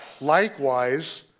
Likewise